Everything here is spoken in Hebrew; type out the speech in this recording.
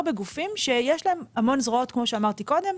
בגופים שיש להם המון זרועות כמו שאמרתי קודם,